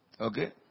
Okay